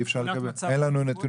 אי אפשר, אין לנו נתונים?